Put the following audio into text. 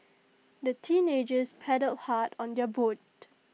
the teenagers paddled hard on their boat